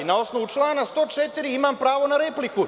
Na osnovu člana 104. imam pravo na repliku.